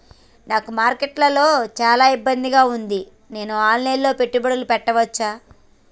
నాకు మార్కెట్స్ లో చాలా ఇబ్బందిగా ఉంది, నేను ఆన్ లైన్ లో పెట్టుబడులు పెట్టవచ్చా?